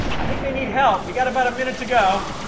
i think they need help. we got about a minute ago.